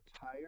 tired